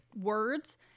words